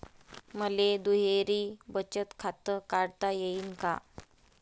मले दुहेरी बचत खातं काढता येईन का?